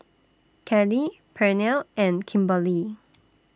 Kelli Pernell and Kimberlie